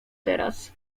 teraz